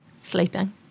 sleeping